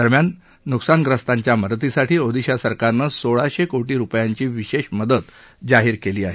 दरम्यान नुकसानग्रस्तांच्या मदतीसाठी ओदिशा सरकारनं सोळाशे कोटी रुपयांची विशेष मदत जाहीर केली आहे